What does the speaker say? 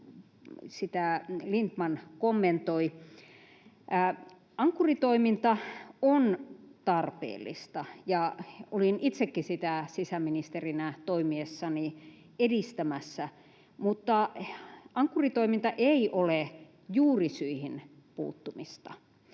sitä kommentoi. Ankkuri-toiminta on tarpeellista, ja olin itsekin sitä sisäministerinä toimiessani edistämässä, mutta Ankkuri-toiminta ei ole juurisyihin puuttumista.